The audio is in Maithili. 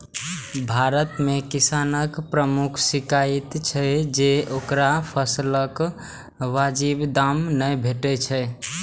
भारत मे किसानक प्रमुख शिकाइत छै जे ओकरा फसलक वाजिब दाम नै भेटै छै